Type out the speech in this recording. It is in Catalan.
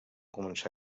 començar